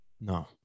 No